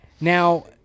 Now